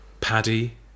Paddy